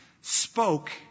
spoke